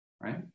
right